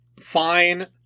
fine